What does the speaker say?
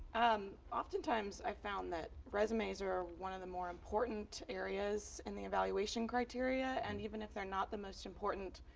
um oftentimes i've found that resumes are one of the more important areas in the evaluation criteria and even if they're not the most important,